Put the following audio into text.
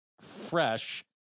fresh